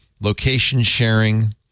location-sharing